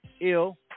ill